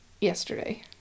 yesterday